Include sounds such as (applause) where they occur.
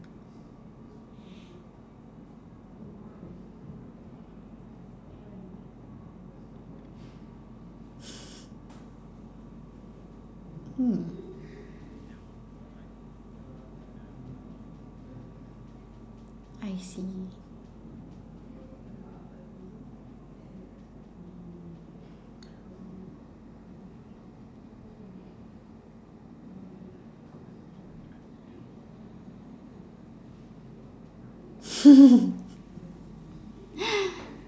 hmm I see (laughs)